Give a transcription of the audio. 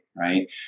Right